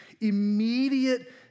immediate